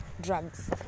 Drugs